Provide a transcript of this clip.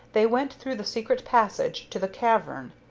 they went through the secret passage to the cavern.